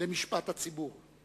למשפט הציבור,